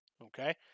okay